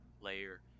layer